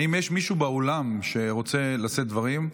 האם יש מישהו באולם שרוצה לשאת דברים?